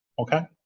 okay?